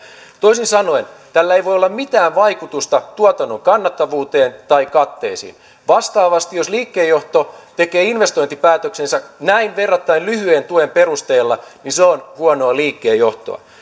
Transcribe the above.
toisin sanoen tällä ei voi olla mitään vaikutusta tuotannon kannattavuuteen tai katteisiin vastaavasti jos liikkeenjohto tekee investointipäätöksensä näin verrattain lyhyen tuen perusteella niin se on huonoa liikkeenjohtoa